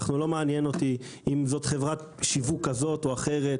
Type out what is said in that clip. לא מעניין אותי אם זו חברות שיווק כזאת או אחרת,